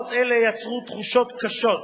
הוראות אלה יצרו תחושות קשות